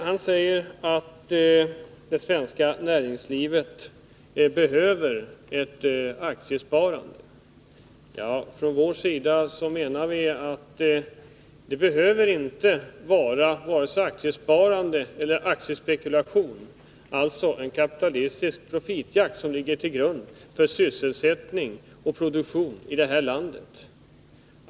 Han säger att det svenska näringslivet behöver ett aktiesparande. Från vår sida menar vi att det inte behöver vara vare sig aktiesparande eller aktiespekulation — alltså en kapitalistisk profitjakt — som ligger till grund för sysselsättning och produktion i det här landet.